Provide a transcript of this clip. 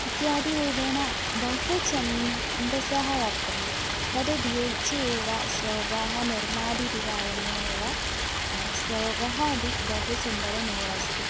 इत्यादिरूपेण बहु छन्दसः वर्तन्ते तद् उपयुज्य एव श्लोकाः निर्मातीति कारणेनैव श्लोकः अपि बहु सुन्दरमेव अस्ति